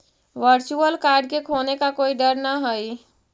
virtual card के खोने का कोई डर न हई